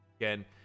Again